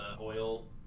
oil